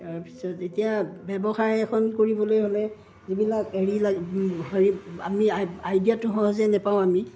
তাৰপিছত এতিয়া ব্যৱসায় এখন কৰিবলৈ হ'লে যিবিলাক হেৰি হেৰি আমি আইডিয়াটো সহজে নেপাওঁ আমি